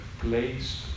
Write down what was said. placed